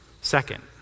Second